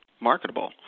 marketable